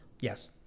Yes